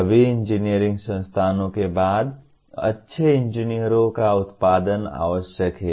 सभी इंजीनियरिंग संस्थानों के बाद अच्छे इंजीनियरों का उत्पादन आवश्यक है